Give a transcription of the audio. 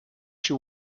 she